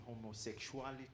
homosexuality